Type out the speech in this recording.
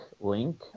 link